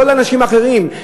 לא לאנשים אחרים,